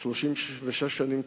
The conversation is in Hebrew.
36 שנים,